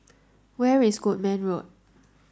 where is Goodman Road